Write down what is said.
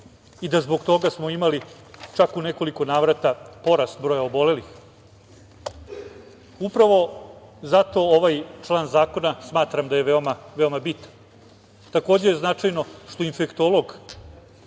i da zbog toga smo imali čak u nekoliko navrata porast broj obolelih. Upravo zato ovaj član zakona smatram da je veoma bitan. Takođe je značajno što infektolog,